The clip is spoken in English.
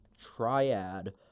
triad